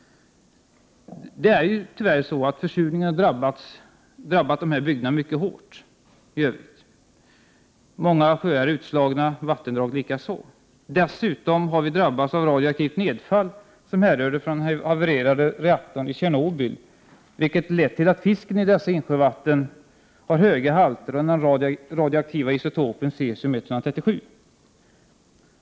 Försurningen har i övrigt tyvärr drabbat dessa bygder mycket hårt. Många sjöar och vattendrag är utslagna, och dessutom har de drabbats av det radioaktiva nedfall som härrör från den havererade reaktorn i Tjernobyl, vilket lett till att fisken i dessa insjövatten har höga halter av den radioaktiva isotopen Cesium 137.